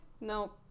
no